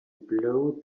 blow